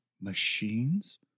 Machines